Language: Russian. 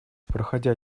проходя